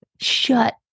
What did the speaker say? shut